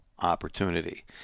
Opportunity